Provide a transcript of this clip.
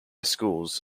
schools